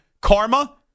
karma